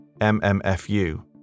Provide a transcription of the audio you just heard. MMFU